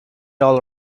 all